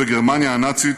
בגרמניה הנאצית